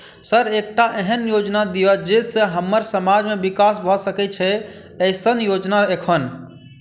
Sir एकटा एहन योजना दिय जै सऽ हम्मर समाज मे विकास भऽ सकै छैय एईसन योजना एखन?